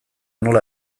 nola